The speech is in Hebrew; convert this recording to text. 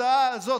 השנייה,